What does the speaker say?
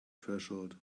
threshold